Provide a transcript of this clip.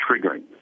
triggering